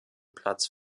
platz